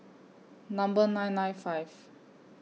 Number nine nine five